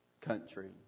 country